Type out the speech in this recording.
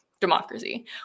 democracy